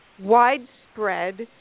widespread